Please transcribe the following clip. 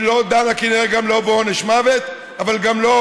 היא לא דנה, כנראה גם לא בעונש מוות, אבל גם לא,